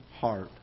heart